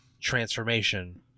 transformation